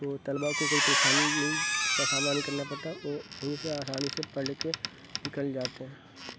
تو طلبا کو کوئی پریشانی نہیں کا سامنا نہیں کرنا پڑتا او یہیں سے آسانی سے پڑھ لکھ کے نکل جاتے ہیں